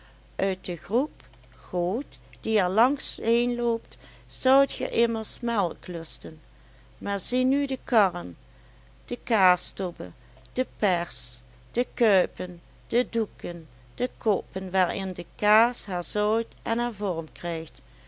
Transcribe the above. uit de groep goot die er langs heen loopt zoudt ge immers melk lusten maar zie nu de karn de kaastobbe de pers de kuipen de doeken de koppen waarin de kaas haar zout en haar vorm krijgt